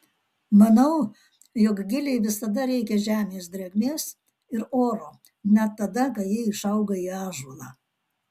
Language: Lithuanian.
manau jog gilei visada reikia žemės drėgmės ir oro net tada kai ji išauga į ąžuolą